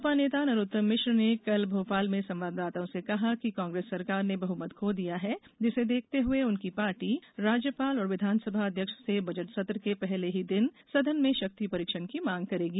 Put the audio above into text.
भाजपा नेता नरोत्तम मिश्र ने कल भोपाल में संवाददाताओं से कहा कि कांग्रेस सरकार ने बहुमत खो दिया है जिसे देखते हुए उनकी पार्टी राज्यपाल और विधानसभा अध्यक्ष से बजट सत्र के पहले ही दिन सदन में शक्ति परीक्षण की मांग करेगी